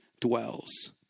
dwells